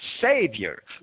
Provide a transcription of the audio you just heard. Savior